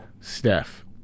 Steph